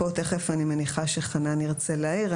פה תיכף אני מניחה שחנן ירצה להעיר.